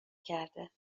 کرده